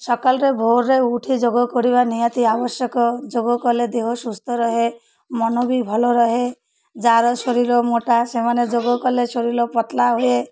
ସକାଳରେ ଭୋରରେ ଉଠି ଯୋଗ କରିବା ନିହାତି ଆବଶ୍ୟକ ଯୋଗ କଲେ ଦେହ ସୁସ୍ଥ ରହେ ମନ ବି ଭଲ ରହେ ଯାହାର ଶରୀର ମୋଟା ସେମାନେ ଯୋଗ କଲେ ଶରୀର ପତଳା ହୁଏ